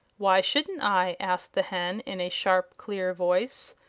why shouldn't i? asked the hen, in a sharp, clear voice.